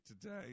today